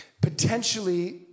potentially